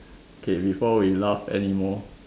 okay before we laugh anymore